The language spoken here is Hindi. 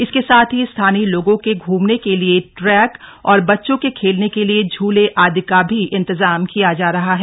इसके साथ ही स्थानीय लोगों के घूमने के लिए ट्रैक और बच्चों के खेलने के लिए झूले आदि का भी इंतजाम किया जा रहा है